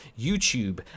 YouTube